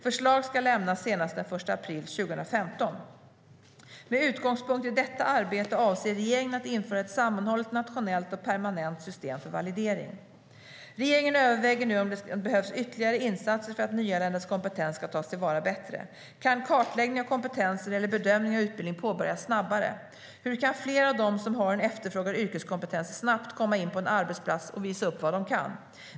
Förslag ska lämnas senast den 1 april 2015. Med utgångspunkt i detta arbete avser regeringen att införa ett sammanhållet, nationellt och permanent system för validering. Regeringen överväger nu om det behövs ytterligare insatser för att nyanländas kompetens ska tas till vara bättre. Kan kartläggning av kompetenser eller bedömning av utbildningar påbörjas snabbare? Hur kan fler av dem som har en efterfrågad yrkeskompetens snabbt komma in på en arbetsplats och visa upp vad de kan?